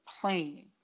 plane